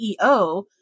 CEO